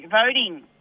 voting